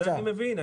אני מבין.